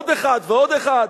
עוד אחד ועוד אחד,